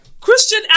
Christian